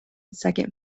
second